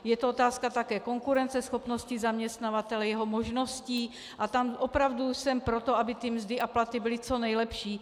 Je to otázka také konkurenceschopnosti zaměstnavatele, jeho možností, a tam opravdu jsem pro to, aby mzdy a platy byly co nejlepší.